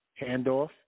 Handoff